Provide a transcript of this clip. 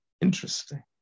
Interesting